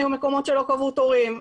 והיו מקומות שלא קבעו תורים,